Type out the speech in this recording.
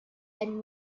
and